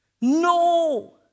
No